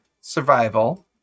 survival